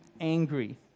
angry